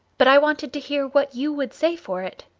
but i wanted to hear what you would say for it.